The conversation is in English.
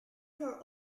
for